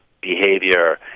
behavior